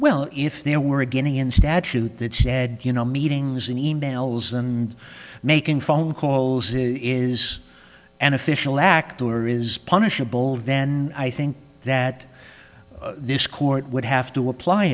well if there were a guinea and statute that said you know meetings and e mails and making phone calls it is an official act or is punishable then and i think that this court would have to apply